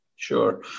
Sure